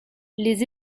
les